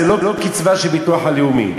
זה לא קצבה של הביטוח הלאומי.